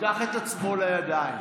ייקח את עצמו בידיים,